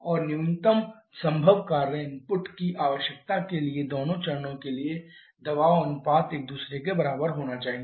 और न्यूनतम संभव कार्य इनपुट की आवश्यकता के लिए दोनों चरणों के लिए दबाव अनुपात एक दूसरे के बराबर होना चाहिए